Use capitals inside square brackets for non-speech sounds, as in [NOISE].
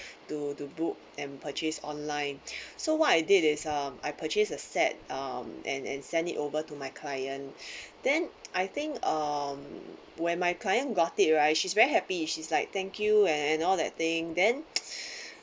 to to book and purchase online [BREATH] so what I did is um I purchased a set um and send it over to my client [BREATH] then I think um where my client got it right she's very happy she's like thank you and all that thing then [NOISE] P